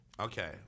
Okay